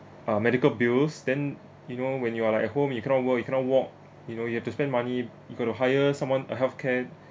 ah medical bills then you know when you are like at home you cannot work you cannot walk you know you have to spend money you got to hire someone uh health care